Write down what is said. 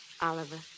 Oliver